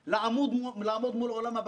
לא נעלה לסדר היום למרות